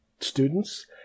students